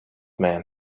man